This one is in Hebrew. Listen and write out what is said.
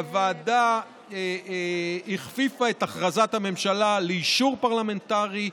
הוועדה הכפיפה את הכרזת הממשלה לאישור פרלמנטרי,